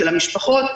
של המשפחות,